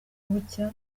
bucya